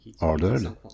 ordered